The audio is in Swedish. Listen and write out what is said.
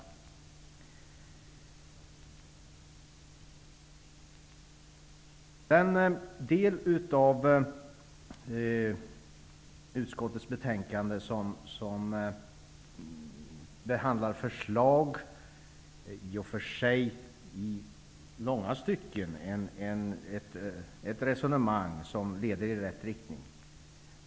I den del av utskottets betänkande som behandlar förslag förs i långa stycken ett resonemang som leder i rätt riktning.